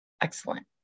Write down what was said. excellent